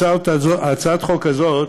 הצעת החוק הזאת